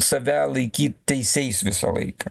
save laikyt teisiais visą laiką